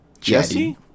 Jesse